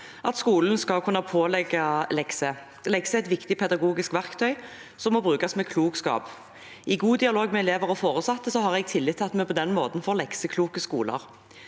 at skolen skal kunne pålegge lekser. Lekser er et viktig pedagogisk verktøy som må brukes med klokskap. I god dialog med elever og foresatte har jeg tillit til at vi på den måten får «leksekloke» skoler.